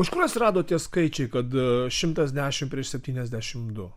iš kur atsirado tie skaičiai kad šimtas dešimt prieš septyniasdešimt du